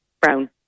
brown